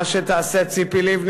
מה שתעשה ציפי לבני,